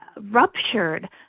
ruptured